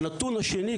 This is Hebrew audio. הנתון השני,